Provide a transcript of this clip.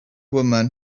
woman